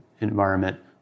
environment